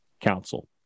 Council